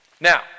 Now